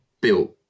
built